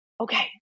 okay